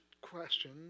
question